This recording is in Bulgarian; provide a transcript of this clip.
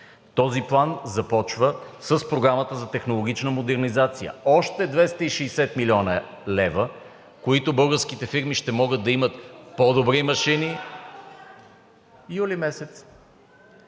Този план започва с програмата за технологична модернизация – още 260 млн. лв., с които българските фирми ще могат да имат по-добри машини. (Реплики